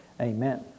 Amen